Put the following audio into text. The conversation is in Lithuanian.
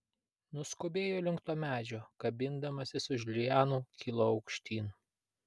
nuskubėjo link to medžio kabindamasi už lianų kilo aukštyn